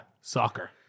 Soccer